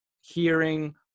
hearing